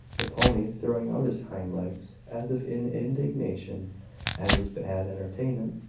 the pony throwing out his hind legs as if in indignation at his bad entertainment.